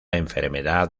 enfermedad